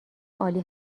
عالی